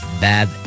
Bad